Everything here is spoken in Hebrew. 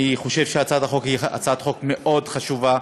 אני חושב שהצעת החוק היא מאוד חשובה,